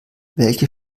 welche